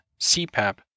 CPAP